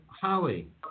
Holly